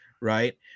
Right